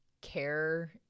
care